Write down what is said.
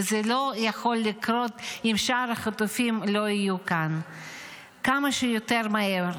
וזה לא יכול לקרות אם שאר החטופים לא יהיו כאן כמה שיותר מהר,